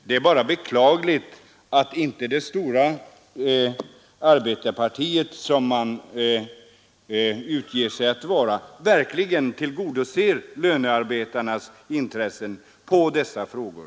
Det är bara beklagligt att inte det stora arbetarpartiet — som SAP utger sig för att vara — inte tillgodoser lönearbetarnas intressen i dessa frågor.